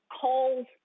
calls